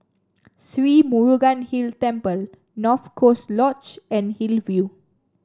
Sri Murugan Hill Temple North Coast Lodge and Hillview